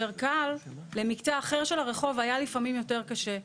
קל ובמקטע אחר של הרחוב היה לפעמים יותר קשה.